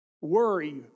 Worry